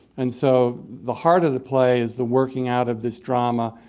and so the heart of the play is the working out of this drama,